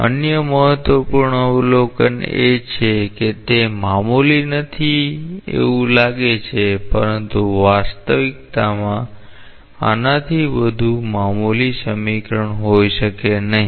અન્ય મહત્વપૂર્ણ અવલોકન એ છે કે તે મામુલી નથી એવું લાગે છે પરંતુ વાસ્તવમાં આનાથી વધુ મામુલી સમીકરણ હોઈ શકે નહીં